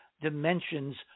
dimensions